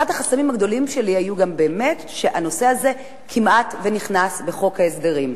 אחד החסמים הגדולים שלי היה באמת שהנושא הזה כמעט נכנס בחוק ההסדרים.